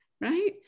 right